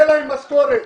להם תהיה משכורת.